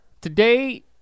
Today